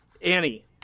Annie